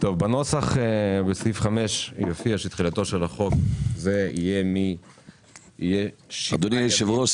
בנוסח בסעיף 5 יופיע שתחילתו של החוק זה יהיה מ --- אדוני היושב ראש,